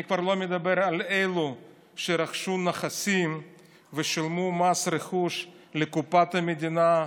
אני כבר לא מדבר על אלו שרכשו נכסים ושילמו מס רכוש לקופת המדינה,